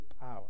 power